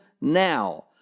now